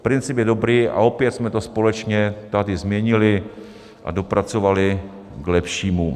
Princip je dobrý a opět jsme to společně tady změnili a dopracovali k lepšímu.